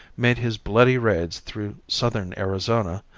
made his bloody raids through southern arizona,